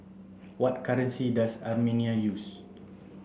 what currency does Armenia use